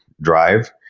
drive